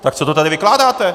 Tak co to tady vykládáte?